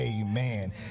amen